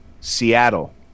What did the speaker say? Seattle